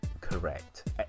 correct